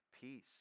Peace